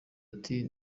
ati